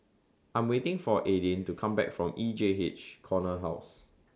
I Am waiting For Aydin to Come Back from E J H Corner House